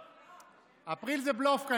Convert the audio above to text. אפריל זה בלוף.